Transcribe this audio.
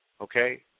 Okay